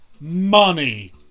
Money